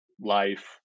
life